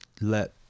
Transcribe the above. let